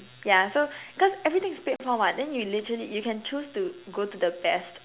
yeah so cause everything is paid for [what] then you literally you can choose to go to the best